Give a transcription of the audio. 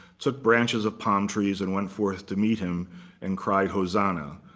took branches of palm trees and went forth to meet him and cry hosanna,